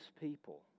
people